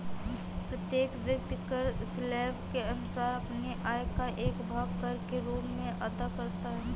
प्रत्येक व्यक्ति कर स्लैब के अनुसार अपनी आय का एक भाग कर के रूप में अदा करता है